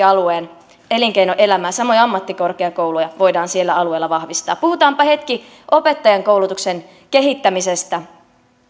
alueen elinkeinoelämää samoin ammattikorkeakouluja voidaan siellä alueella vahvistaa puhutaanpa hetki opettajankoulutuksen kehittämisestä